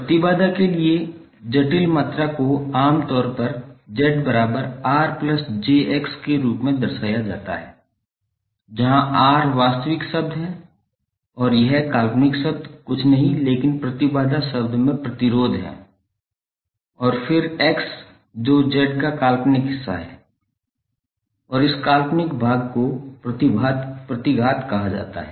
प्रतिबाधा के लिए जटिल मात्रा को आमतौर पर 𝒁𝑅𝑗𝑋 के रूप में दर्शाया जाता है जहां R वास्तविक शब्द है और यह वास्तविक शब्द कुछ नहीं है लेकिन प्रतिबाधा शब्द में प्रतिरोध है और फिर X जो Z का काल्पनिक हिस्सा है और इस काल्पनिक भाग को प्रतिघात कहा जाता है